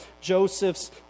Joseph's